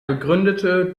begründete